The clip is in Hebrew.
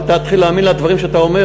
אל תתחיל להאמין בדברים שאתה אומר,